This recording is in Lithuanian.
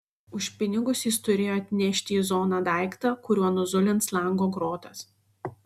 už pinigus jis turėjo atnešti į zoną daiktą kuriuo nuzulins lango grotas